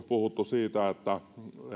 puhuttu siitä että